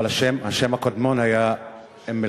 אבל השם הקדמון היה אום-אלקיעאן.